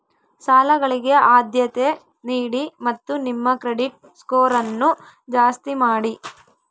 ಸಾಲಗಳಿಗೆ ಆದ್ಯತೆ ನೀಡಿ ಮತ್ತು ನಿಮ್ಮ ಕ್ರೆಡಿಟ್ ಸ್ಕೋರನ್ನು ಜಾಸ್ತಿ ಮಾಡಿ